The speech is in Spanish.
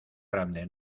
grande